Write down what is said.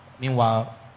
Meanwhile